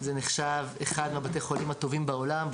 זה נחשב לאחד מבתי החולים הטובים בעולם,